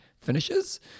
finishes